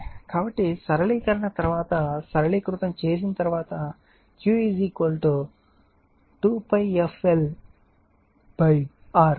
కాబట్టి సరళీకరణ తర్వాత సరళీకృతం చేసిన తరువాత Q 2 𝛑f L R అంటే L ω R